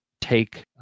take